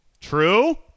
True